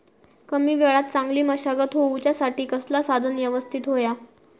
कमी वेळात चांगली मशागत होऊच्यासाठी कसला साधन यवस्तित होया?